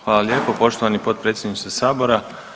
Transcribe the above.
Hvala lijepo poštovani potpredsjedniče sabora.